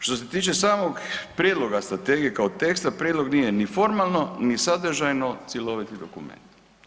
Što se tiče samog prijedloga strategije kao teksta, prijedlog nije ni formalno, ni sadržajno cjeloviti dokument.